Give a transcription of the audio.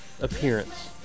appearance